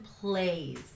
plays